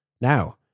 Now